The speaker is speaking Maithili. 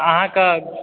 अहाँकेॅं